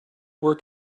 work